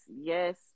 yes